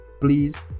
please